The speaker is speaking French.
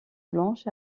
blanche